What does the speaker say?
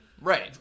Right